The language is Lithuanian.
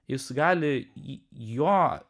jis gali į jo